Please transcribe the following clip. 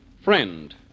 friend